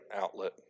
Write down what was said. outlet